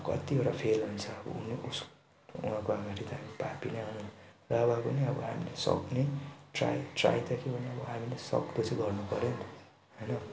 अब कतिवटा फेल हुन्छ उन उस् उहाँको अगाडि त हामी पापी नै हौँ र भए पनि अब हामीले सक्ने ट्राई ट्राई त के भन्नु अब हामीले सक्दो चाहिँ गर्नु पर्यो नि त होइन